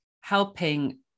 helping